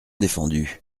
défendu